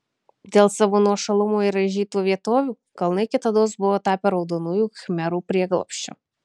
dėl savo nuošalumo ir raižytų vietovių kalnai kitados buvo tapę raudonųjų khmerų prieglobsčiu